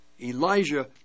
Elijah